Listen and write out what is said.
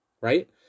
Right